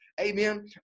amen